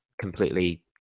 completely